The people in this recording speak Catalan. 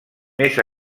més